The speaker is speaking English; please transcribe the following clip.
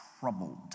troubled